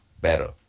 better